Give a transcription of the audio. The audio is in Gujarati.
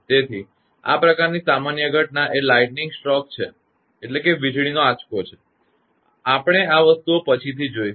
તેથી આ પ્રકારની સામાન્ય ઘટના એ લાઇટનીંગ સ્ટ્રોક વીજળીનો આંચકો છે આપણે આ વસ્તુઓ પછીથી જોઇશું